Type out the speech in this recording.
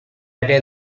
ere